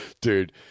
dude